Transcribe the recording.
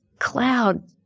Cloud